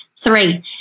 three